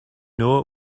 know